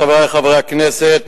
חברי חברי הכנסת,